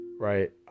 right